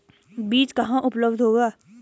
बीज कहाँ उपलब्ध होगा?